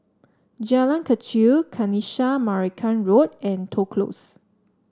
Jalan Kechil Kanisha Marican Road and Toh Close